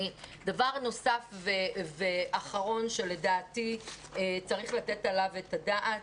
דבר נוסף ואחרון שלדעתי צריך לתת עליו את הדעת.